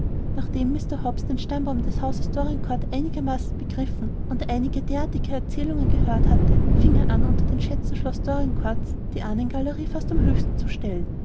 nachdem mr hobbs den stammbaum des hauses dorincourt einigermaßen begriffen und einige derartige erzählungen gehört hatte fing er an unter den schätzen schloß dorincourts die ahnengalerie fast am höchsten zu stellen